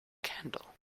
candle